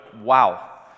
Wow